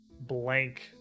Blank